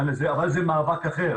אבל זה מאבק אחר,